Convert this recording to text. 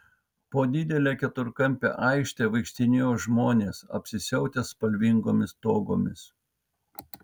po didelę keturkampę aikštę vaikštinėjo žmonės apsisiautę spalvingomis togomis